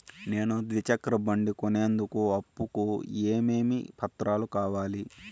నేను ద్విచక్ర బండి కొనేందుకు అప్పు కు ఏమేమి పత్రాలు కావాలి?